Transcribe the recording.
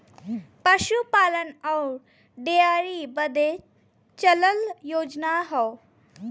पसूपालन अउर डेअरी बदे चलल योजना हौ